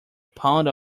pound